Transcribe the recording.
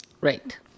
Right